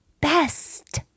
best